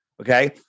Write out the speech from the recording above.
Okay